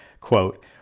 quote